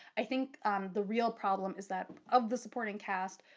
i think the real problem is that of the supporting cast,